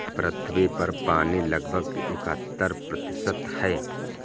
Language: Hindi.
पृथ्वी पर पानी लगभग इकहत्तर प्रतिशत है